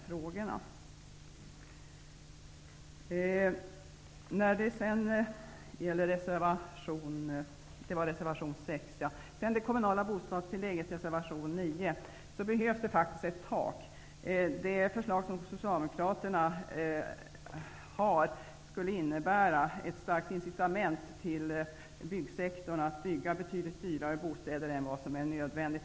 För det kommunala bostadstillägget behövs det faktiskt ett tak. Det förslag som Socialdemokraterna för fram i reservation 9 skulle, om det genomfördes, innebära ett starkt incitament för byggsektorn att bygga betydligt dyrare bostäder än vad som är nödvändigt.